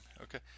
Okay